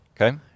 okay